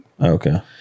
okay